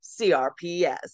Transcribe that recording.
CRPS